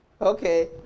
Okay